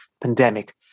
pandemic